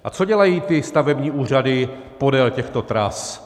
A co dělají ty stavební úřady podél těchto tras?